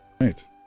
Right